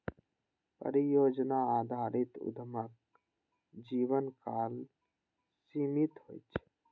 परियोजना आधारित उद्यमक जीवनकाल सीमित होइ छै